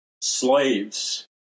slaves